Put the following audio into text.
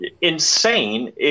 insane